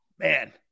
Man